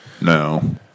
No